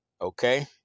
okay